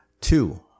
Two